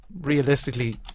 realistically